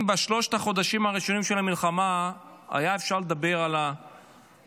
אם בשלושת החודשים הראשונים של המלחמה היה אפשר לדבר על הביחד,